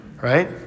right